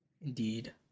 indeed